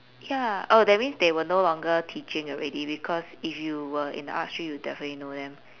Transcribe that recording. ya oh that means they were no longer teaching already because if you were in arts stream you'd definitely know them